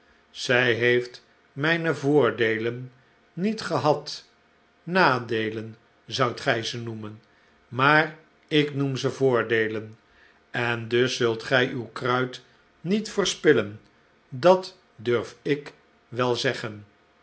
zij heeft mijne voordeelen niet gehad nadeelen zoudt gij ze noemen maar ik noem ze voordeelen en dus zult gij uw kruit niet verspillen dat durf ik wel zeggen